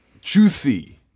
juicy